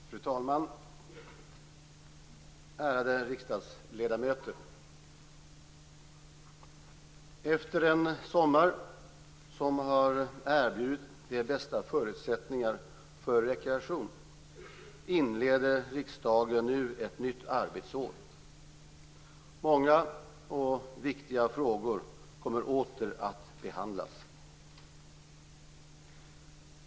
Fru talman! Ärade riksdagsledamöter! Efter en sommar som har erbjudit de bästa förutsättningar för rekreation inleder riksdagen nu ett nytt arbetsår. Många och viktiga frågor kommer åter att behandlas.